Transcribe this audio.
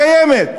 השיטה קיימת.